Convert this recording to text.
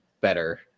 better